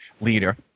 leader